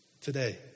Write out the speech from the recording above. today